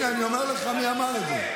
שקר, הינה, אני אומר לך מי אמר את זה.